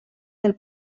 del